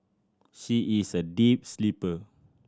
she is a deep sleeper